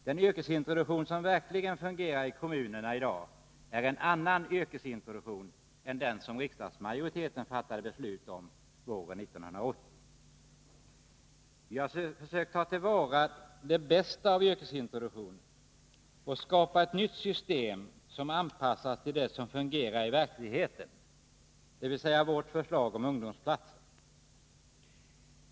Den yrkesintroduktion som verkligen fungerar i kommunerna i dag är en annan yrkesintroduktion än den som riksdagsmajoriteten fattade beslut om våren 1980. Vi har försökt ta till vara det bästa av yrkesintroduktionen och skapa ett nytt system, som är anpassat till det som kan fungera i verkligheten, dvs. vårt förslag om ungdomsplatser.